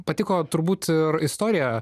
patiko turbūt ir istorija